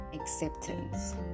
acceptance